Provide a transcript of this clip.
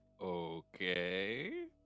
Okay